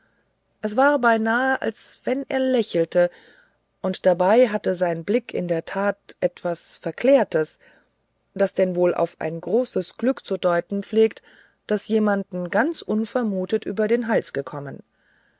es war beinahe als wenn er lächelte und dabei hatte sein blick in der tat etwas verklärtes das denn wohl auf ein großes glück zu deuten pflegt das jemanden ganz unvermutet über den hals gekommen